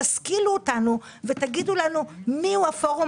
תשכילו אותנו ותגידו לנו מיהו הפורום